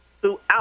throughout